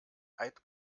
hype